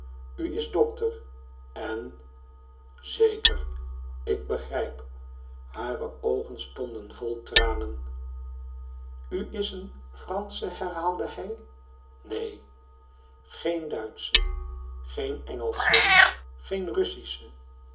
u dat zeg uisdokteren zeker ik begrijp hare oogen stonden vol tranen u is een fransche herhaalde hij neen geen duitsche geen engelsche geen russische